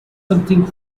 something